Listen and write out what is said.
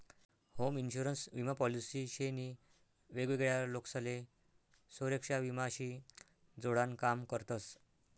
home insurance विमा policy शे नी वेगवेगळा लोकसले सुरेक्षा विमा शी जोडान काम करतस